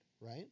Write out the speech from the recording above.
right